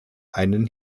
einen